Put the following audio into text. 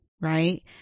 right